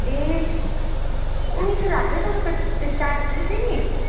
ए मिठो लाग्यो हो तपाईँको त्यो चाट जुन थियो नि